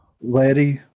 Letty